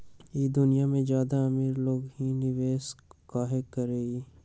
ई दुनिया में ज्यादा अमीर लोग ही निवेस काहे करई?